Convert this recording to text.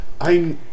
I-